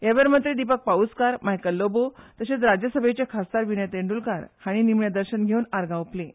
ह्या वेळार मंत्री दीपक पाऊसकार मायकल लोबो तशेंच राज्यसभेचे खासदार विनय तेंड्रलकार हांणीय निमाणें दर्शन घेवन आर्गां ओंपलीं